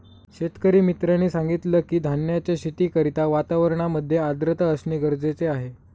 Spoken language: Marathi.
शेतकरी मित्राने सांगितलं की, धान्याच्या शेती करिता वातावरणामध्ये आर्द्रता असणे गरजेचे आहे